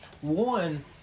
one